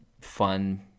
fun